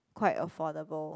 quite affordable